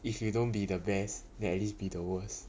if you don't be the best then at least be the worst